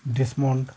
Desmond